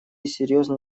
серьезный